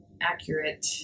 accurate